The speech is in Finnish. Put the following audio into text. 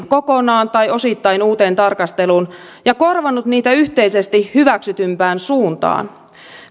kokonaan tai osittain uuteen tarkasteluun ja korjannut niitä yhteisesti hyväksytympään suuntaan